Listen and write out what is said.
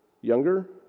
younger